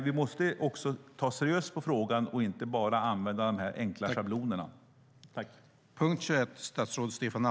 Vi måste dock ta seriöst på frågan och inte bara använda de enkla schablonerna.